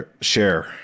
share